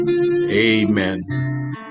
amen